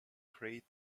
create